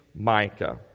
Micah